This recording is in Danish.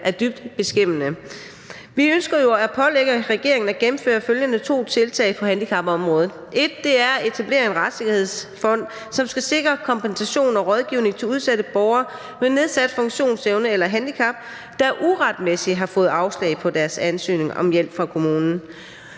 er dybt beskæmmende. Vi ønsker jo at pålægge regeringen at gennemføre følgende to tiltag på handicapområdet: 1) at etablere en retssikkerhedsfond, som skal sikre kompensation og rådgivning til udsatte borgere med nedsat funktionsevne eller handicap, der uretmæssigt har fået afslag på deres ansøgning om hjælp fra kommunen;